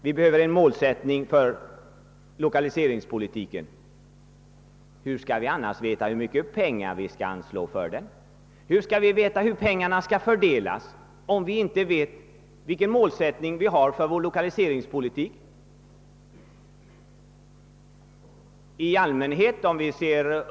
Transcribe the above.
Vi behöver en målsättning för nars veta hur mycket pengar som behöver anslås eller hur pengarna skall fördelas?